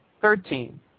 Thirteen